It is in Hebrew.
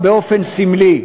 באופן סמלי,